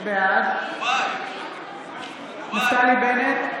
בעד נפתלי בנט,